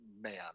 man